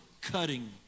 cutting